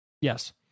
Yes